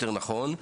יותר נכון,